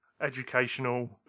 educational